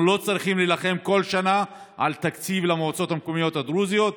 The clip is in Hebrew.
אנחנו לא צריכים להילחם כל שנה על תקציב למועצות המקומיות הדרוזיות.